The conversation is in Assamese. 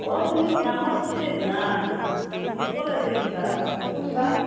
চিনি পোৱা নাই নাম্বাৰটো ছেভ নাই